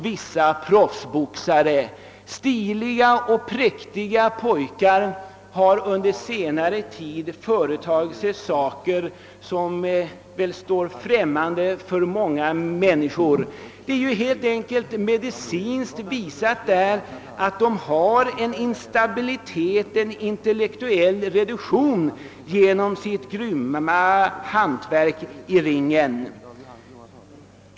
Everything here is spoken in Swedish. Från början stiliga och präktiga pojkar har under senare tid företagit sig saker som står främmande för de flesta normala människor. Den medicinska forskningen har emellertid visat att de kunnat få denna instabilitet och en emotionell reduktion till följd av sitt grymma hantverk i ringen.